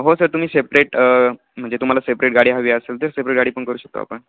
हो सर तुम्ही सेपरेट म्हणजे तुम्हाला सेपरेट गाडी हवी असेल तर सपरेट गाडी पण करू शकतो आपण